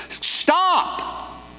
Stop